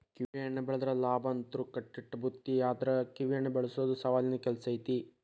ಕಿವಿಹಣ್ಣ ಬೆಳದ್ರ ಲಾಭಂತ್ರು ಕಟ್ಟಿಟ್ಟ ಬುತ್ತಿ ಆದ್ರ ಕಿವಿಹಣ್ಣ ಬೆಳಸೊದು ಸವಾಲಿನ ಕೆಲ್ಸ ಐತಿ